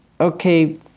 okay